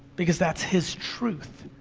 because that's his truth.